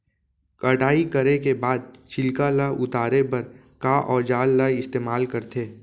कटाई करे के बाद छिलका ल उतारे बर का औजार ल इस्तेमाल करथे?